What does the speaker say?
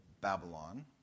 Babylon